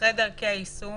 אחרי דרכי היישום,